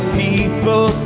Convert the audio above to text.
people